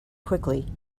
quickly